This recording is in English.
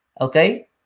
Okay